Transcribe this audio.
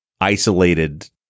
isolated